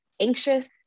anxious